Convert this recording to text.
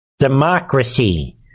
democracy